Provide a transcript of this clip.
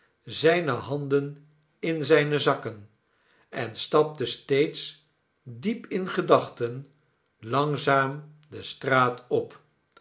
zijne handen in zijne zakken en stapte steeds diep in gedachten langzaam de straat op